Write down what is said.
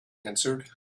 answered